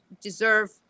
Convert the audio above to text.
deserve